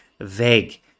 vague